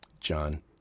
John